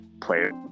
players